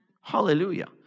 hallelujah